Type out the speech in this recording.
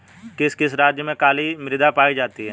किस किस राज्य में काली मृदा पाई जाती है?